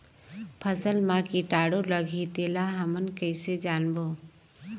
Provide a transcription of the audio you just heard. फसल मा कीटाणु लगही तेला हमन कइसे जानबो?